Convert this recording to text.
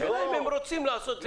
השאלה אם הם רוצים לעשות כפי שצריך.